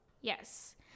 yes